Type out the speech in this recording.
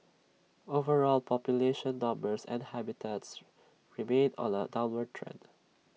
overall population numbers and habitats remain on A downward trend